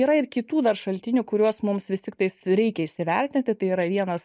yra ir kitų dar šaltinių kuriuos mums vis tiktais reikia įsivertinti tai yra vienas